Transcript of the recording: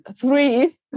three